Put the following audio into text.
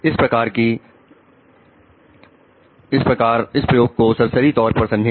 इस प्रयोग को सरसरी तौर पर समझे